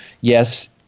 yes